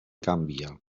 gambia